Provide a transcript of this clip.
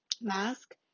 mask